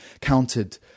counted